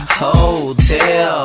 hotel